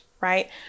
right